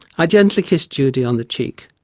i gently kissed judy on the cheek,